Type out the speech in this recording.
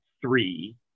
three